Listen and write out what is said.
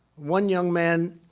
one young man,